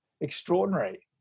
extraordinary